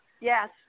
Yes